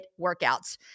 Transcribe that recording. workouts